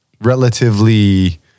relatively